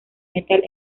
metal